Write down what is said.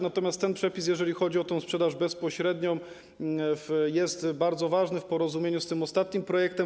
Natomiast ten przepis, jeżeli chodzi o sprzedaż bezpośrednią, jest bardzo ważny w porozumieniu z tym ostatnim projektem.